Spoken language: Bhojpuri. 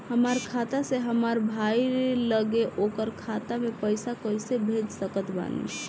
हमार खाता से हमार भाई लगे ओकर खाता मे पईसा कईसे भेज सकत बानी?